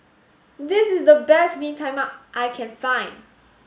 this is the best Bee Tai Mak that I can find